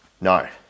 No